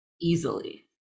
easily